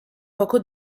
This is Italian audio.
poco